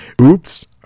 Oops